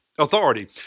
authority